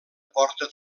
porta